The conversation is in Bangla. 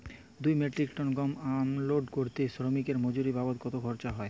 দুই মেট্রিক টন গম আনলোড করতে শ্রমিক এর মজুরি বাবদ কত খরচ হয়?